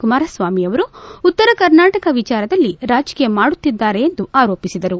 ಕುಮಾರ ಸ್ವಾಮಿ ಅವರು ಉತ್ತರ ಕರ್ನಾಟಕ ವಿಚಾರದಲ್ಲಿ ರಾಜಕೀಯ ಮಾಡುತ್ತಿದ್ದಾರೆ ಎಂದು ಆರೋಪಿಸಿದರು